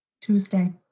Tuesday